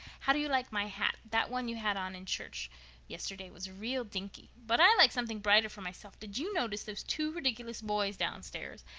how do you like my hat? that one you had on in church yesterday was real dinky. but i like something brighter for myself. did you notice those two ridiculous boys downstairs?